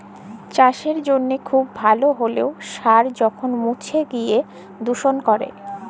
চাসের জনহে খুব ভাল হ্যলেও সার যখল মুছে গিয় দুষল ক্যরে